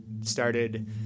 started